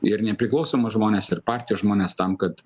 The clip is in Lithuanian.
ir nepriklausomus žmones ir partijos žmones tam kad